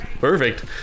Perfect